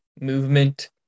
movement